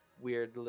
weird